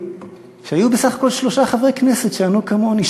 שהיו בסך הכול שלושה חברי כנסת שענו כמוני,